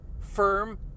firm